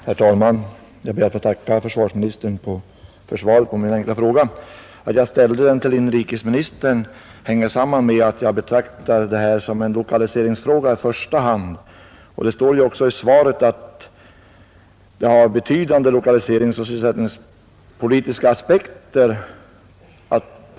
Herr talman! Jag ber att få tacka försvarsministern för svaret på min enkla fråga. Att jag ställde den till inrikesministern hänger samman med att jag i första hand betraktar det här som en lokaliseringsfråga. Det står också i svaret att fredsförbandens placering har betydande lokaliseringoch sysselsättningspolitiska aspekter.